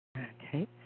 Okay